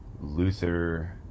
luther